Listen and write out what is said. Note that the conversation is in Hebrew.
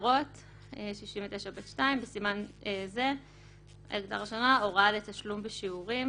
הגדרות 69ב2. בסימן זה - "הוראה לתשלום בשיעורים"